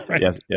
yes